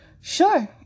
Sure